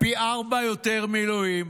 פי ארבעה יותר מילואים,